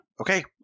Okay